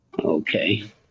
Okay